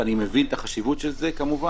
ואני מבין את החשיבות של זה כמובן,